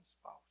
spouse